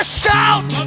shout